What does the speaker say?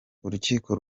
urukiko